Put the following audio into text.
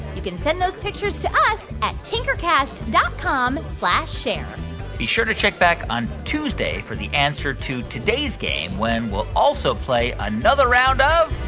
you can send those pictures to us at tinkercast dot com share be sure to check back on tuesday for the answer to today's game, when we'll also play another round of.